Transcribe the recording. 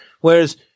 Whereas